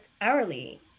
hourly